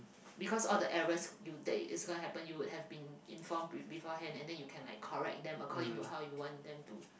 because all the errors you that is gonna happen you would have been informed pre~ beforehand and then you can like correct them according to how you want them to